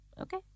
Okay